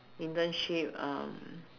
internship um